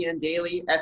Daily